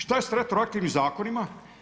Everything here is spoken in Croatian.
Što je sa retroaktivnim Zakonima?